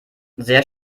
sehr